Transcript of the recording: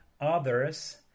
others